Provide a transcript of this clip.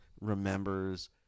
remembers